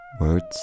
words